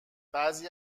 بعضی